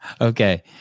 okay